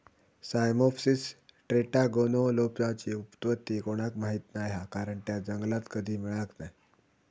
Cyamopsis टेट्रागोनोलोबाची उत्पत्ती कोणाक माहीत नाय हा कारण ता जंगलात कधी मिळाक नाय